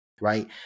right